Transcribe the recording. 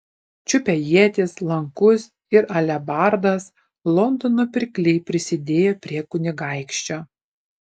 čiupę ietis lankus ir alebardas londono pirkliai prisidėjo prie kunigaikščio